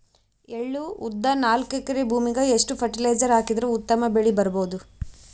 ಎಳ್ಳು, ಉದ್ದ ನಾಲ್ಕಎಕರೆ ಭೂಮಿಗ ಎಷ್ಟ ಫರಟಿಲೈಜರ ಹಾಕಿದರ ಉತ್ತಮ ಬೆಳಿ ಬಹುದು?